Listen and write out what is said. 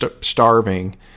starving